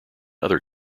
other